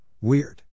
Weird